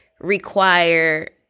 require